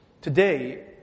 today